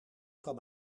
kwam